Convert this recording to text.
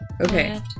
Okay